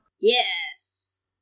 Yes